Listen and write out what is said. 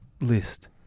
list